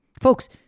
Folks